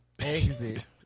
exit